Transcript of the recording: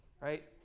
right